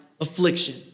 affliction